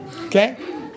Okay